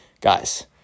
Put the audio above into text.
guys